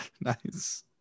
nice